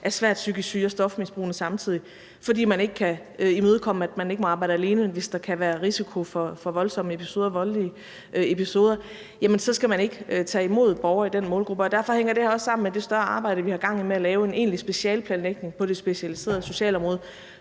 er svært psykisk syge og stofmisbrugende samtidig, fordi man ikke kan imødekomme, at medarbejdere ikke må arbejde alene, hvis der kan være risiko for voldsomme og voldelige episoder, jamen så skal man ikke tage imod borgere i den målgruppe. Derfor hænger det her også sammen med det større arbejde, vi har gang i, med at lave en egentlig specialeplanlægning på det specialiserede socialområde,